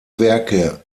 werke